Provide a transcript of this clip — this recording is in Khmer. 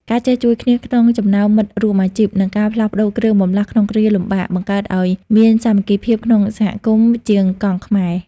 ការចេះជួយគ្នាក្នុងចំណោមមិត្តរួមអាជីព និងការផ្លាស់ប្តូរគ្រឿងបន្លាស់ក្នុងគ្រាលំបាក បង្កើតឱ្យមានសាមគ្គីភាពក្នុងសហគមន៍ជាងកង់ខ្មែរ។